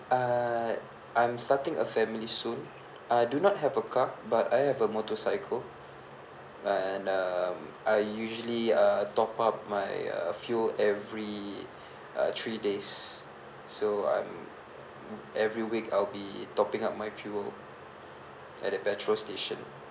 uh I'm starting a family soon I do not have a car but I have a motorcycle and um I usually uh top up my fuel every uh three days so I'm every week I'll be topping up my fuel at a petrol station